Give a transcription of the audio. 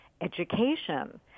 education